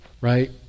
right